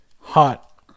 hot